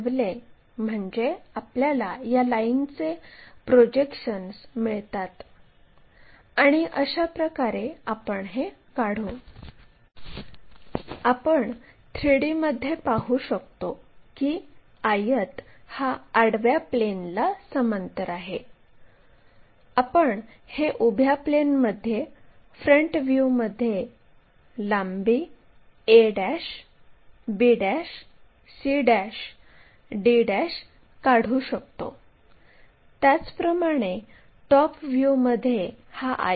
तर यामध्ये दोन लाईन आहेत P Q आणि QR ज्या खऱ्या लाईन आहेत ते त्यांच्या दरम्यान 120 डिग्रीचा कोन बनवतात आणि हे फ्रंट व्ह्यू आणि टॉप व्ह्यूमध्ये आहेत